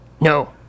No